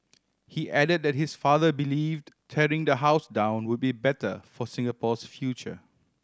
he added that his father believed tearing the house down would be better for Singapore's future